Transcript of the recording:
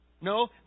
No